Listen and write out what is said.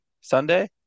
Sunday